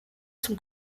zum